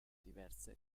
diverse